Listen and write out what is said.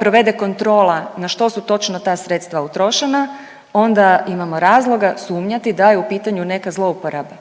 provede kontrola na što su točno ta sredstva utrošena, onda imamo razloga sumnjati da je u pitanju neka zlouporaba.